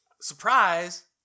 surprise